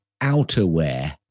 outerwear